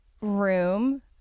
room